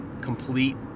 complete